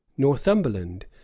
northumberland